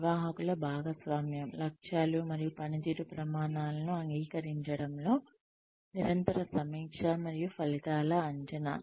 నిర్వాహకుల భాగస్వామ్యం లక్ష్యాలు మరియు పనితీరు ప్రమాణాలను అంగీకరించడంలో నిరంతర సమీక్ష మరియు ఫలితాల అంచనా